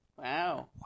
Wow